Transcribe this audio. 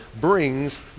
brings